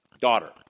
daughter